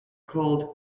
called